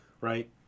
right